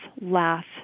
laugh